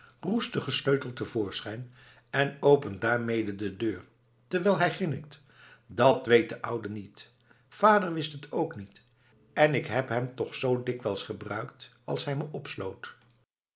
sleutel te voorschijn en opent daarmede de deur terwijl hij grinnikt dat weet de ouwe niet vader wist het ook niet en ik heb hem toch zoo dikwijls gebruikt als hij me opsloot